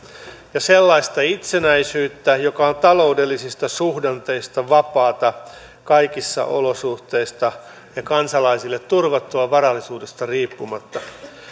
ja sellaista itsenäisyyttä joka on taloudellisista suhdanteista vapaata kaikissa olosuhteissa ja kansalaisille turvattua varallisuudesta riippumatta